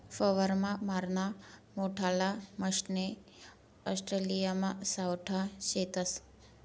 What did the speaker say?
फवारा माराना मोठल्ला मशने ऑस्ट्रेलियामा सावठा शेतस